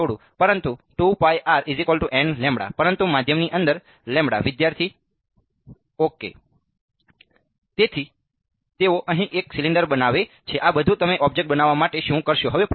હા થોડું પરંતુ પરંતુ માધ્યમની અંદર વિદ્યાર્થી ઓકે તેથી તેઓ અહીં એક સિલિન્ડર બનાવે છે આ બધું તમે ઑબ્જેક્ટ બનાવવા માટે શું કરશો